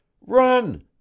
Run